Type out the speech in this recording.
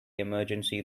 emergency